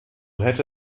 hätte